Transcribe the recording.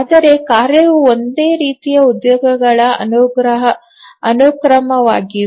ಆದರೆ ಕಾರ್ಯವು ಒಂದೇ ರೀತಿಯ ಉದ್ಯೋಗಗಳ ಅನುಕ್ರಮವಾಗಿದೆ